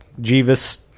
Jeeves